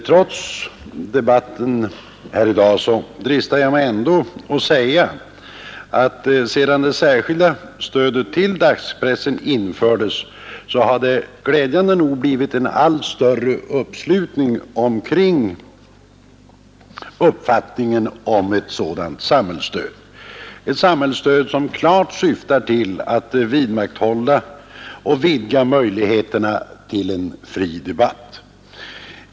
Trots debatten här i dag dristar jag mig att säga att sedan det särskilda stödet till dagspressen infördes har det glädjande nog blivit en allt större uppslutning kring uppfattningen om ett sådant samhällsstöd, ett stöd som klart syftar till att vidmakthålla och vidga möjligheterna till en fri debatt.